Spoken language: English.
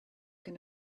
and